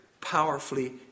powerfully